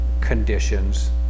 conditions